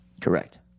correct